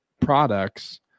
products